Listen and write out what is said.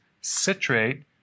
citrate